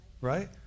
right